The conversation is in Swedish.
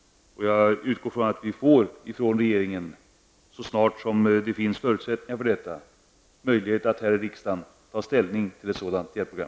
Jag utgår från att vi från regeringen, så snart det finns förutsättningar för detta, får möjlighet att här i riksdagen ta ställning till ett sådant hjälpprogram.